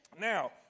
Now